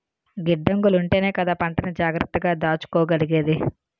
గిడ్డంగులుంటేనే కదా పంటని జాగ్రత్తగా దాసుకోగలిగేది?